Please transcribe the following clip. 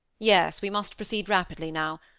yes, we must proceed rapidly now.